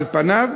על פניו,